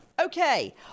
Okay